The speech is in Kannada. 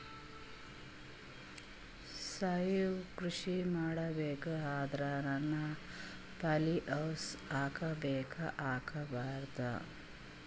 ಸಾವಯವ ಕೃಷಿ ಮಾಡಬೇಕು ಅಂದ್ರ ನಾನು ಪಾಲಿಹೌಸ್ ಹಾಕೋಬೇಕೊ ಹಾಕ್ಕೋಬಾರ್ದು?